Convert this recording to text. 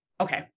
Okay